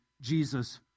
Jesus